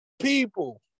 people